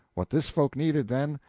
what this folk needed, then,